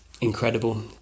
incredible